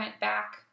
back